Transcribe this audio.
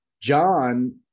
John